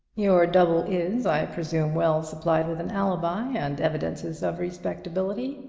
your double is, i presume, well supplied with an alibi and evidences of respectability?